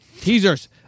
teasers